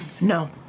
No